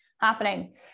happening